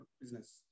business